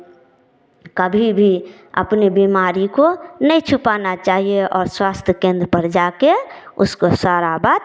कभी भी अपने बीमारी को नहीं छुपाना चाहिए और स्वास्थ्य केंद्र पर जाकर उसको सारा बात